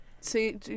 see